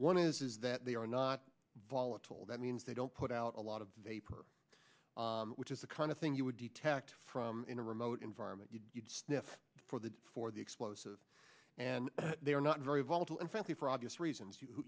one is that they are not volatile that means they don't put out a lot of vapor which is the kind of thing you would detect from in a remote environment you'd sniff for the for the explosive and they are not very volatile and frankly for obvious reasons you